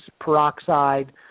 peroxide